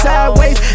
Sideways